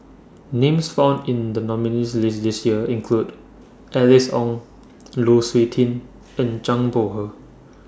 Names found in The nominees' list This Year include Alice Ong Lu Suitin and Zhang Bohe